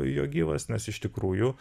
jo gyvas nes iš tikrųjų